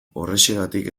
horrexegatik